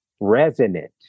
resonant